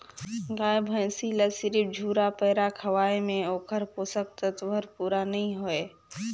गाय भइसी ल सिरिफ झुरा पैरा खवाये में ओखर पोषक तत्व हर पूरा नई होय